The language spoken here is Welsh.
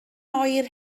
oer